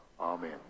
Amen